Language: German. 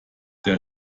der